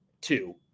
two